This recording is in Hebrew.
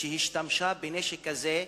שהשתמשה בנשק הזה,